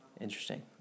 Interesting